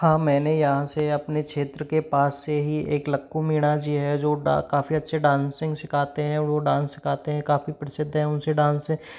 हाँ मैंने यहाँ से अपने क्षेत्र के पास से ही एक लक्कु मीणा जी है जो काफी अच्छा डांसिंग सीखाते हैं वो डांस सीखातें हैं काफी प्रसिद्ध है उनसे डांस